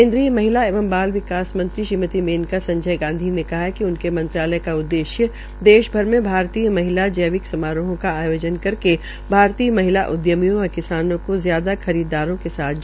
केन्द्रीय महिला एवं बाल विकास मंत्री श्रीमती मेनका संजय गांधी ने कहा कि उनके मंत्रालय का उददेश्य देश भर में भारतीय महिला जैविक समारोहों का आयोजन करके भारतीय महिला उदयमियों व किसानों को ज्यादा खरीददारों के साथ जोड़ना है